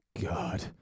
God